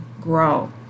grow